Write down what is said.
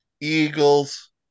Eagles